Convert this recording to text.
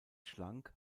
schlank